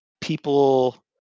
people